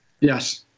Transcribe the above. Yes